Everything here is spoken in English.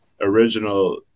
original